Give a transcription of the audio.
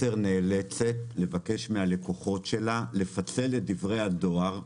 מסר נאלצת לבקש מהלקוחות שלה לפצל את דברי הדואר,